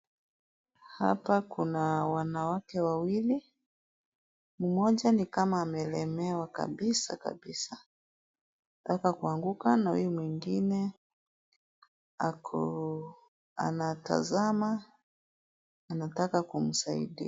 Hapa kuna wanawake wawili, mmoja ni kama amelemewa kabisa kabisa, anataka kuanguka na huyu mwingine ako anatazama, anataka kumsaidia.